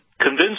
convince